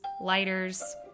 lighters